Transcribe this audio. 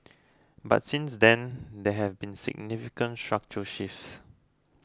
but since then there have been significant structural shifts